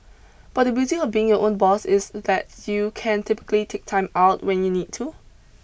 but the beauty of being your own boss is that you can typically take time out when you need to